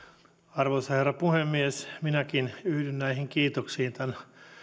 arvoisa herra puhemies minäkin yhdyn näihin kiitoksiin tämän